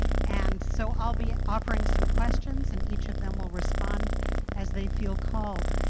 and so i'll be offering some questions and each of them will respond as they feel called.